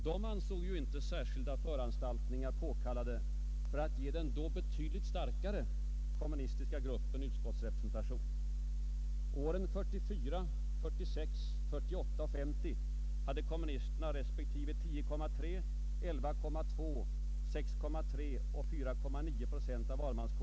De ansåg ju inte särskilda föranstaltningar påkallade för att ge den då betydligt starkare kommunistiska gruppen utskottsrepresentation. Åren 1944, 1946, 1948 och 1950 hade kommunisterna respektive 10,3, 11,2, 6,3 och 4,9 procent av valmanskåren.